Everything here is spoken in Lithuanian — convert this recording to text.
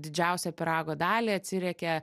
didžiausią pyrago dalį atsiriekia